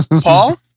Paul